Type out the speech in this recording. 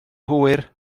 hwyr